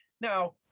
Now